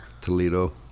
toledo